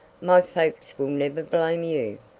my folks will never blame you.